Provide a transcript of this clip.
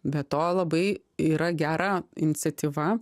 be to labai yra gera iniciatyva